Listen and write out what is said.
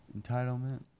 Entitlement